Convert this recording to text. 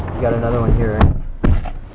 got another one here. hey,